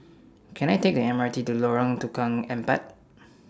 Can I Take The M R T to Lorong Tukang Empat